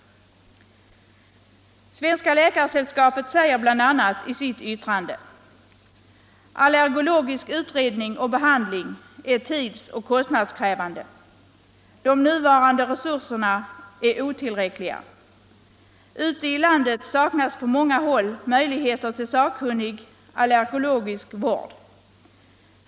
Svenska läkaresällskapet säger bl.a. i sitt yttrande följande: ”Allergologisk utredning och behandling är tidsoch kostnadskrävande. De nuvarande resurserna är otillräckliga. Ute i landet saknas på många håll möjligheter till sakkunnig allergologisk vård.